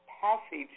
passage